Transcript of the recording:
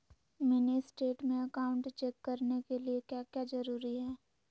Mini state में account check करने के लिए क्या क्या जरूरी है?